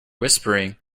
whispering